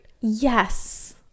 yes